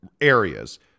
areas